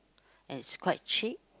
and it's quite cheap